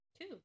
Two